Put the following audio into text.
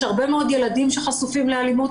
יש הרבה מאוד ילדים שחשופים לאלימות,